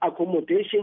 accommodation